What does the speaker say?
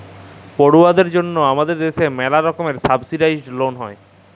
পড়ুয়াদের জন্যহে হামাদের দ্যাশে ম্যালা রকমের সাবসিডাইসদ লন হ্যয়